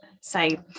say